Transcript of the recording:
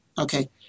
Okay